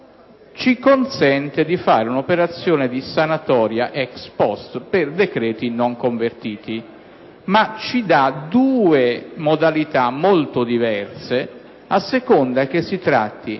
ci consente di fare un'operazione di sanatoria *ex post* per decreti non convertiti, ma ci dà due modalità molto diverse. Può trattarsi infatti